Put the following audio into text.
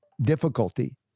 difficulty